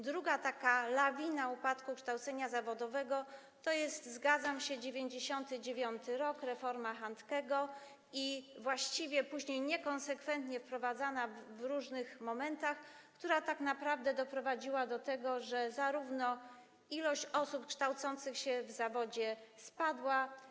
Druga taka lawina upadku kształcenia zawodowego to jest, zgadzam się, 1999 r., reforma Handkego, właściwie później niekonsekwentnie wprowadzana w różnych momentach, która tak naprawdę doprowadziła do tego, że liczba osób kształcących się w zawodzie spadła.